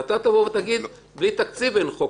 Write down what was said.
ואתה תבוא ותגיד שבלי תקציב אין חוק.